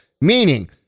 Meaning